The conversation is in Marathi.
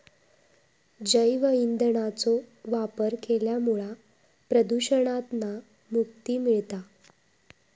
जैव ईंधनाचो वापर केल्यामुळा प्रदुषणातना मुक्ती मिळता